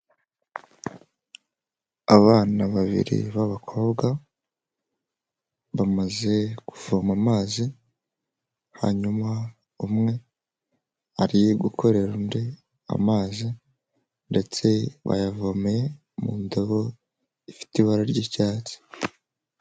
Abana babiri b'abakobwa bamaze kuvoma amazi hanyuma umwe ari gukorera undi amazi ndetse bayavomeye mu ndabo ifite ibara ry'icyatsi.